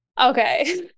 okay